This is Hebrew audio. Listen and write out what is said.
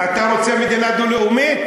אתה רוצה מדינה דו-לאומית?